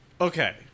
Okay